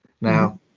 now